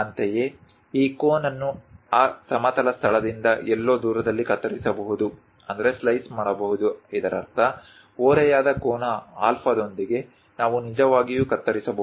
ಅಂತೆಯೇ ಈ ಕೋನ್ ಅನ್ನು ಆ ಸಮತಲ ಸ್ಥಳದಿಂದ ಎಲ್ಲೋ ದೂರದಲ್ಲಿ ಕತ್ತರಿಸಬಹುದು ಇದರರ್ಥ ಓರೆಯಾದ ಕೋನ ಆಲ್ಫಾದೊಂದಿಗೆ ನಾವು ನಿಜವಾಗಿಯೂ ಕತ್ತರಿಸಬಹುದು